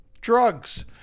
Drugs